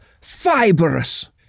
fibrous